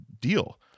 deal